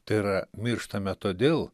tai yra mirštame todėl